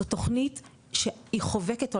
זאת תוכנית שהיא חובקת עולם,